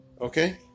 Okay